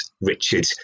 Richard